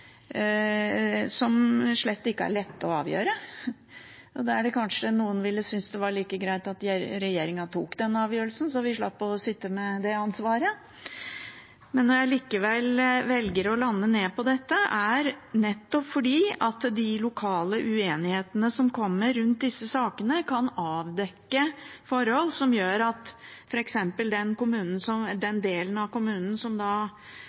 som slett ikke er lette å avgjøre. Noen ville kanskje synes det var like greit at regjeringen tok den avgjørelsen, så vi slapp å sitte med det ansvaret. Når jeg likevel velger å lande på dette, er det nettopp fordi de lokale uenighetene rundt disse sakene kan avdekke forhold som gjør at f.eks. den delen av kommunen som skal bestå som